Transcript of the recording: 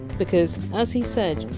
because as he said!